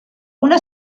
una